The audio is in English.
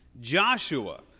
Joshua